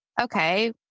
Okay